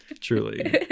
truly